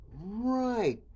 right